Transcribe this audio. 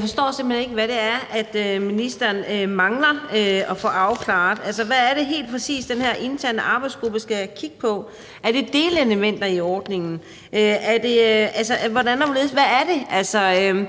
forstår simpelt hen ikke, hvad det er, ministeren mangler at få afklaret. Hvad er det helt præcis, den her interne arbejdsgruppe skal kigge på? Er det delelementer i ordningen? Hvordan